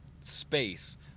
space